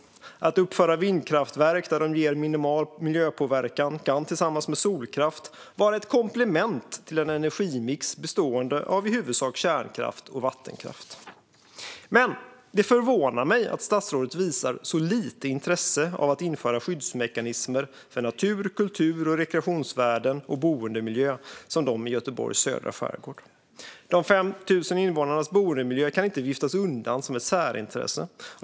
Att uppföra vindkraftverk där de ger minimal miljöpåverkan kan tillsammans med solkraft vara ett komplement till en energimix bestående av i huvudsak kärnkraft och vattenkraft. Men det förvånar mig att statsrådet visar så lite intresse för att införa skyddsmekanismer för natur, kultur, rekreationsvärden och boendemiljö, som de i Göteborgs södra skärgård. De 5 000 invånarnas boendemiljö kan inte viftas undan som ett särintresse.